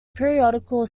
periodical